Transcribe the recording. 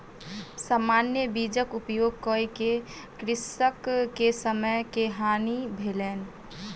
सामान्य बीजक उपयोग कअ के कृषक के समय के हानि भेलैन